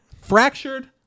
Fractured